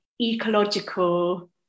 ecological